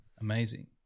Amazing